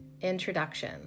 Introduction